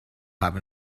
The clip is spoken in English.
have